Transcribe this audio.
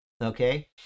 Okay